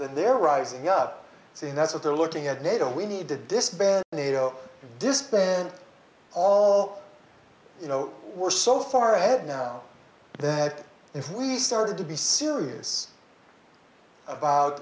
they're rising up saying that's what they're looking at nato we need to disband nato this pen all you know we're so far ahead now that if we started to be serious about